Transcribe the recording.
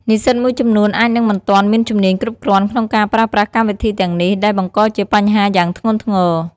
និស្សិតមួយចំនួនអាចនឹងមិនទាន់មានជំនាញគ្រប់គ្រាន់ក្នុងការប្រើប្រាស់កម្មវិធីទាំងនេះ ដែលបង្កជាបញ្ហាយ៉ាងធ្ងន់ធ្ងរ។